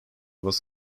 was